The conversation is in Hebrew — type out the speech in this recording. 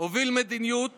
נוביל מדיניות